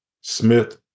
Smith